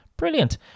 brilliant